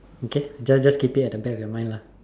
okay just just keep it at the back of your mind lah